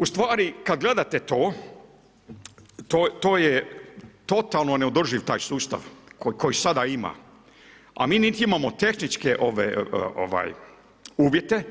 Ustvari kad gledate to, to je totalno neodrživ taj sustav koji sada ima a mi niti imamo tehničke uvjete